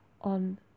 on